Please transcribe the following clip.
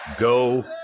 Go